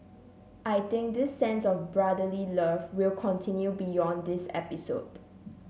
I think this sense of brotherly love will continue beyond this episode